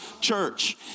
church